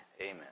Amen